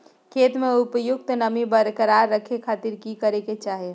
खेत में उपयुक्त नमी बरकरार रखे खातिर की करे के चाही?